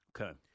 Okay